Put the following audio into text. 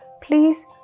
please